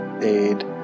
aid